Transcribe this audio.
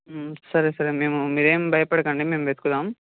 సరే సరే మేము మీరేం భయపడకండి మేం వెతుకుదాం